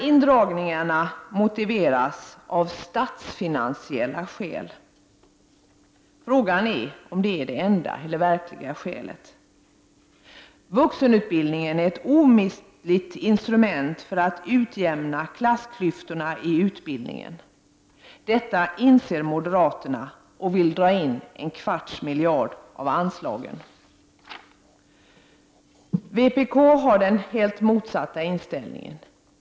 Indragningarna anses nödvändiga av statsfinansiella skäl. Frågan är om det är det enda eller verkliga skälet. Vuxenutbildningen är ett omistligt instrument för att utjämna klassklyftorna i utbildningen. Detta inser moderaterna och vill dra in en kvarts miljard av anslagen. Vi i vpk har den motsatta inställningen.